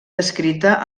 descrita